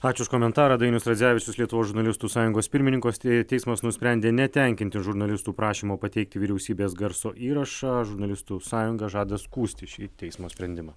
ačiū už komentarą dainius radzevičius lietuvos žurnalistų sąjungos pirmininkas tei teismas nusprendė netenkinti žurnalistų prašymo pateikti vyriausybės garso įrašą žurnalistų sąjunga žada skųsti šį teismo sprendimą